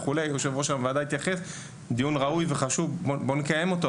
זהו דיון ראוי וחשוב; בואו ניקח אותו,